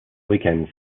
weekends